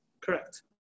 Correct